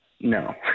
no